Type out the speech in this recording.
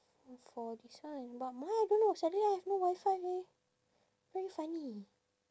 for this one but mine I don't know suddenly I have no WiFi leh very funny